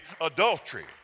adultery